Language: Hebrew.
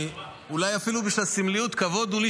אולי אפילו בשביל הסמליות כבוד הוא לי